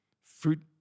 Fruit